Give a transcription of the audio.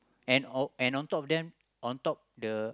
and on and on top of them on top the